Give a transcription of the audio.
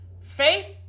Faith